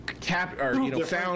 found